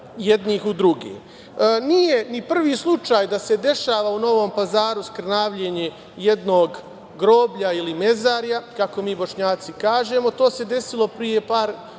ni prvi slučaj da se dešava u Novom Pazaru skrnavljenje jednog groblja ili mezarja, kako mi Bošnjaci kažemo. To se desilo pre par